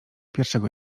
pierwszego